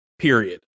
Period